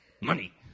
Money